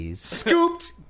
Scooped